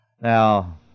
Now